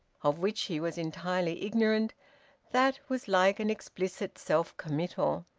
of which he was entirely ignorant that was like an explicit self-committal,